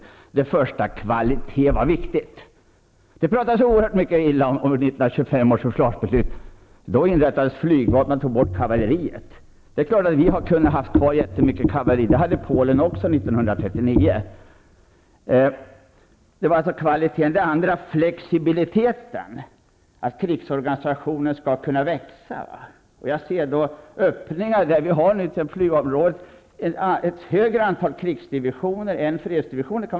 För det första en prioritering av kvaliteten viktig. Det pratas ofta illa om 1925 års försvarsbeslut. Men då inrättades flygvapnet, och man tog bort mycket av kavalleriet. Det är klart att vi hade kunnat behålla ett stort kavalleri. Det hade Polen också För det andra var inriktningen flexibiliteten, att vid behov skall krigsorganisationen kunna växa. Jag ser öppningar. Vi kan på flygvapenområdet ha ett större antal krigsdivisioner än fredsdivisioner.